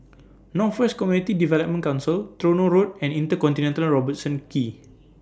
North West Community Development Council Tronoh Road and InterContinental Robertson Quay